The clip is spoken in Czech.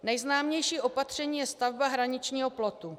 Nejznámější opatření je stavba hraničního plotu.